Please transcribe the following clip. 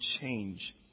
change